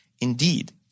indeed